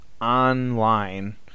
online